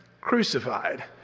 crucified